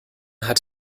hat